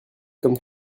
comme